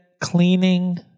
cleaning